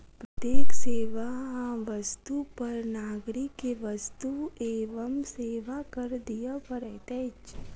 प्रत्येक सेवा आ वस्तु पर नागरिक के वस्तु एवं सेवा कर दिअ पड़ैत अछि